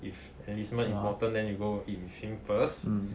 if enlistment important then you go eat with him first